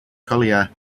collier